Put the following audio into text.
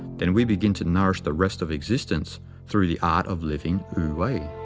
then we begin to nourish the rest of existence through the art of living wu-wei.